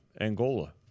Angola